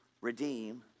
redeem